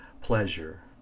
pleasure